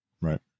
Right